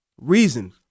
reason